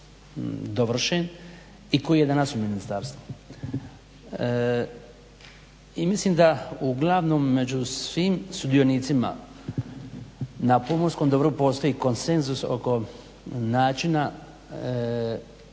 i koji je danas u ministarstvu i mislim da uglavnom među svim sudionicima na pomorskom dobru postoji konsenzus oko načina